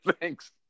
Thanks